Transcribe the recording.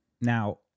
now